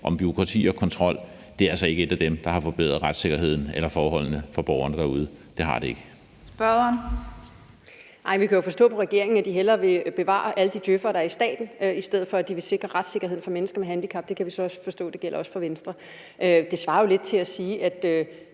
om bureaukrati og kontrol er altså ikke et af dem, der har forbedret retssikkerheden eller forholdene for borgerne derude. Det har det ikke. Kl. 09:39 Den fg. formand (Theresa Berg Andersen): Spørgeren. Kl. 09:39 Mette Thiesen (DF): Nej, vi kan jo forstå på regeringen, at de hellere vil bevare alle de djøf'er, der er i staten, i stedet for at de vil sikre retssikkerheden for mennesker med handicap. Det kan vi så forstå også gælder for Venstre. Det svarer jo lidt til at sige, at